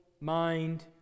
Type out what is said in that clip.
mind